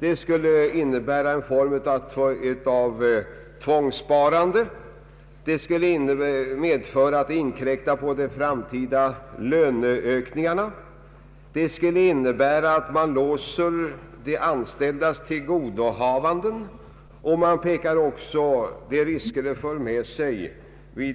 Det skulle innebära en form av tvångssparande; det skulle medföra ett inskränkande av de framtida löneökningarna; det skulle innebära att man låser de anställdas till godohavanden. Man pekar också på de risker detta för med sig för